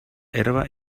herba